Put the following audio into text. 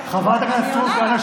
חברת הכנסת סטרוק,